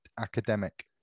academic